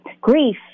grief